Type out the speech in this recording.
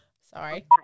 Sorry